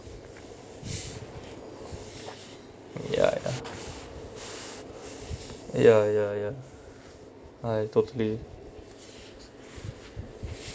ya ya ya ya ya I totally